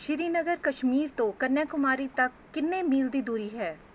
ਸ਼੍ਰੀਨਗਰ ਕਸ਼ਮੀਰ ਤੋਂ ਕੰਨਿਆਕੁਮਾਰੀ ਤੱਕ ਕਿੰਨੇ ਮੀਲ ਦੀ ਦੂਰੀ ਹੈ